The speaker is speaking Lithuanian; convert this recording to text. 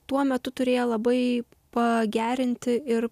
tuo metu turėję labai pagerinti ir